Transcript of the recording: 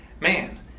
Man